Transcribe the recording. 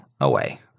away